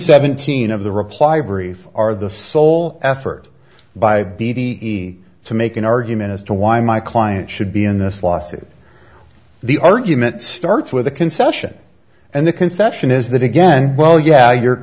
seventeen of the reply brief are the sole effort by the ve to make an argument as to why my client should be in this lawsuit the argument starts with a concession and the concession is that again well yeah your